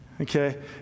okay